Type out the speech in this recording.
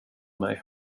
mig